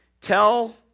tell